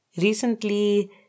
recently